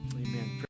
amen